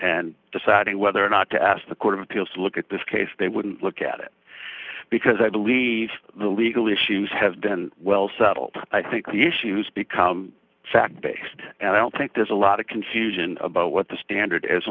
and deciding whether or not to ask the court of appeals to look at this case they wouldn't look at it because i believe the legal issues have been well settled i think the issues become fact based and i don't think there's a lot of confusion about what the standard